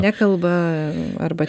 nekalba arba